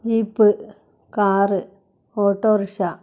jeep car autorickshaw